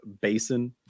Basin